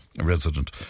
resident